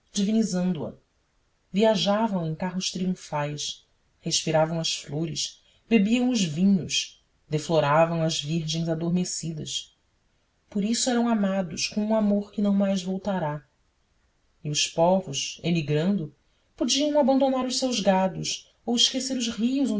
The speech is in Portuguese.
divinizando a viajavam em carros triunfais respiravam as flores bebiam os vinhos defloravam as virgens adormecidas por isso eram amados com um amor que não mais voltará e os povos emigrando podiam abandonar os seus gados ou esquecer os rios